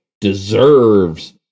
deserves